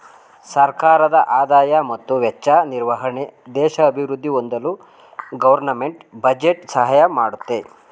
ಸರ್ಕಾರದ ಆದಾಯ ಮತ್ತು ವೆಚ್ಚ ನಿರ್ವಹಣೆ ದೇಶ ಅಭಿವೃದ್ಧಿ ಹೊಂದಲು ಗೌರ್ನಮೆಂಟ್ ಬಜೆಟ್ ಸಹಾಯ ಮಾಡುತ್ತೆ